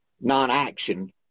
non-action